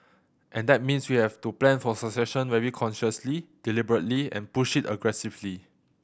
and that means we have to plan for succession very consciously deliberately and push it aggressively